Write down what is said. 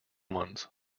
ones